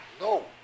No